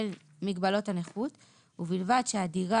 במלווה, לשם עריכת שיפוצים נוספים בדירה